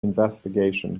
investigation